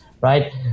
right